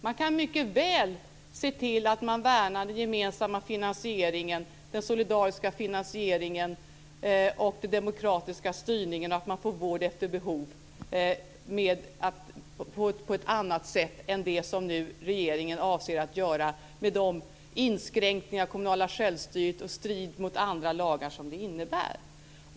Man kan mycket väl se till att man värnar den gemensamma, solidariska finansieringen, den demokratiska styrningen och att man får vård efter behov på ett annat sätt än det som nu regeringen avser att tillämpa i strid mot det kommunala självstyret och andra lagar.